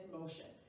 motion